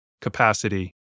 capacity